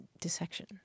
dissection